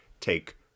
take